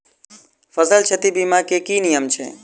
फसल क्षति बीमा केँ की नियम छै?